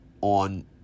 on